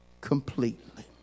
completely